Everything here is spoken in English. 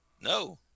no